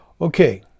Okay